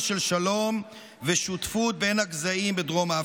של שלום ושותפות בין הגזעים בדרום אפריקה.